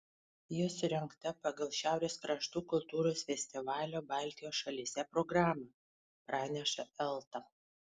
ji surengta pagal šiaurės kraštų kultūros festivalio baltijos šalyse programą praneša elta